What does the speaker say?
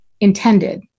intended